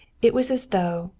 it was as though,